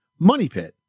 MONEYPIT